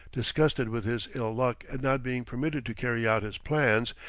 disgusted with his ill-luck at not being permitted to carry out his plans,